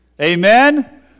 Amen